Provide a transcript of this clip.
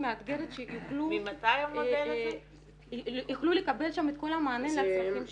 מאתגרת שיוכלו לקבל שם את כל המענה לצרכים שלהם.